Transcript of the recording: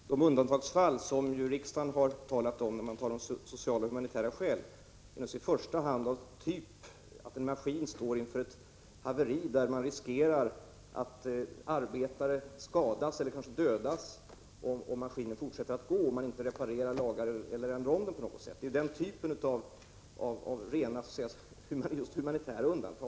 Fru talman! De undantagsfall som riksdagen har avsett när man talat om sociala och humanitära skäl gäller i första hand situationer av typen att en maskin står inför ett haveri, varvid man riskerar att arbetare skadas eller kanske dödas, om maskinen fortsätter att gå utan att repareras eller på något sätt åtgärdas. Det är fråga om sådana rent humanitära undantag.